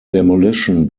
demolition